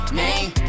name